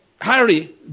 Harry